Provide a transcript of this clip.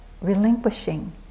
relinquishing